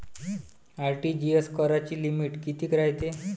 RTGS कराची limit कितीक रायते?